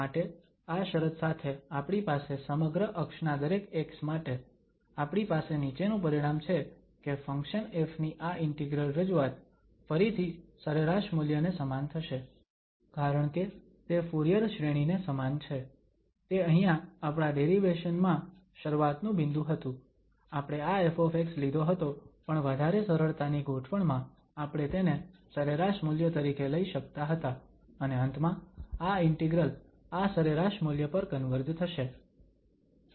માટે આ શરત સાથે આપણી પાસે સમગ્ર અક્ષના દરેક x માટે આપણી પાસે નીચેનુ પરિણામ છે કે ફંક્શન ƒ ની આ ઇન્ટિગ્રલ રજૂઆત ફરીથી સરેરાશ મૂલ્યને સમાન થશે કારણકે તે ફુરીયર શ્રેણી ને સમાન છે તે અહીંયા આપણા ડેરીવેશન મા શરૂઆત નું બિંદુ હતું આપણે આ ƒ લીધો હતો પણ વધારે સરળતાની ગોઠવણમાં આપણે તેને સરેરાશ મૂલ્ય તરીકે લઈ શકતા હતા અને અંતમાં આ ઇન્ટિગ્રલ આ સરેરાશ મુલ્ય પર કન્વર્જ થશે